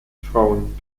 frauen